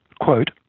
quote